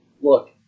look